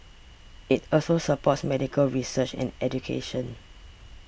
it also supports medical research and education